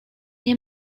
nie